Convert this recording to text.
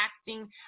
acting